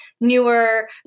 newer